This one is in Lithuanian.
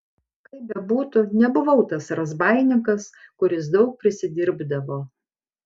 kaip bebūtų nebuvau tas razbaininkas kuris daug prisidirbdavo